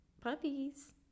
puppies